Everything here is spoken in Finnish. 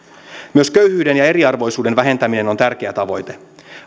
myös köyhyyden ja eriarvoisuuden vähentäminen on tärkeä tavoite